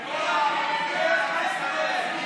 לתת להם את כל אדמות הנגב.